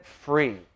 free